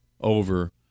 over